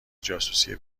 جاسوسی